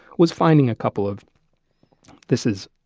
was finding a couple of this is